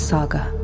Saga